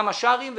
גם השרעיים,